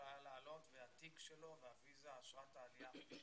היה לעלות והתיק שלו ואשרת העלייה הייתה.